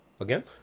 Again